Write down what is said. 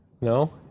No